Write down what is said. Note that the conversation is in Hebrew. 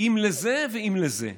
אם לזה ואם לזה.